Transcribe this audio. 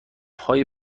های